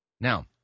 Now